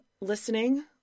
listening